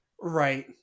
right